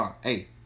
Hey